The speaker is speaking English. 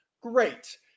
great